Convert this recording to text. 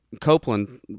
Copeland